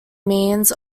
means